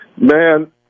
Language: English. Man